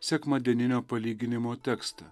sekmadieninio palyginimo tekstą